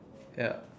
yup